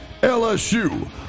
LSU